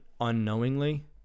unknowingly